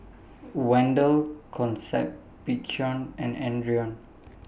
Wendel Concept and Adrian